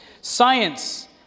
Science